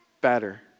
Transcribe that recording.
better